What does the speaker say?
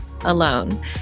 alone